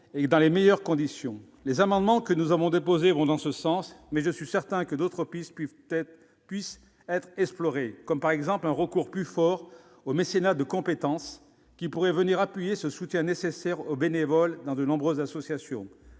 dans les meilleures conditions. Les amendements que nous avons déposés vont dans ce sens, mais je suis certain que d'autres pistes peuvent être explorées, comme un recours plus fort au mécénat de compétences, qui pourrait venir appuyer ce soutien nécessaire aux bénévoles dans de nombreuses associations.